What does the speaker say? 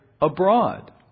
abroad